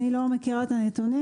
אני לא מכירה את הנתונים,